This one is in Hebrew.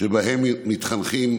שבהם מתחנכים